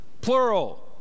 plural